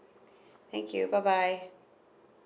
thank you bye bye